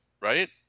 right